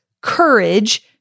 courage